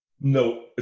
No